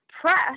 press